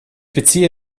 beziehe